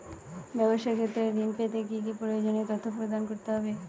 ব্যাবসা ক্ষেত্রে ঋণ পেতে কি কি প্রয়োজনীয় তথ্য প্রদান করতে হবে?